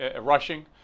rushing